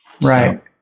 Right